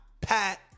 Pat